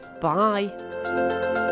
bye